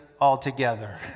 altogether